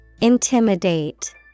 Intimidate